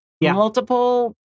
multiple